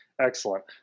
Excellent